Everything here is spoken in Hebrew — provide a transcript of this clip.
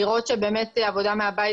לראות שבאמת עבודה מהבית